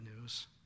news